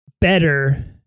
better